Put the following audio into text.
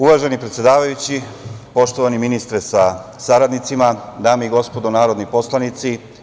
Uvaženi predsedavajući, poštovani ministre sa saradnicima, dame i gospodo narodni poslanici.